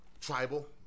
tribal